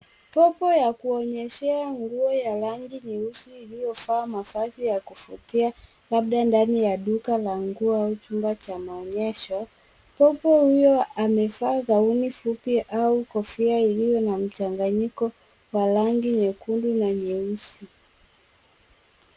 Popo ya kuonyeshea nguo ya rangi nyeusi iliyovaa mavazi ya kuvutia labda ndani ya duka la nguo au chumba cha maonyesho. Popo huyo amevaa gauni fupi au kofia iliyo na mchanganyiko wa rangi nyekundu na nyeusi.